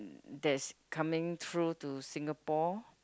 there's coming through to Singapore